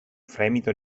fremito